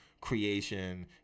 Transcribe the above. Creation